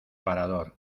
parador